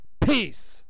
peace